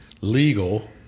legal